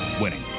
winning